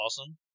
awesome